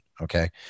Okay